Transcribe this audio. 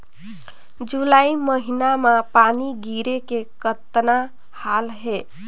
जुलाई महीना म पानी गिरे के कतना हाल हे?